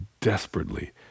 desperately